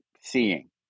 seeing